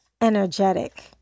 energetic